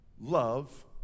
love